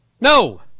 No